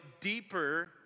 deeper